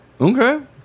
Okay